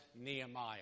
Nehemiah